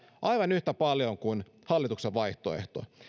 aivan yhtä paljon kuin hallituksen vaihtoehto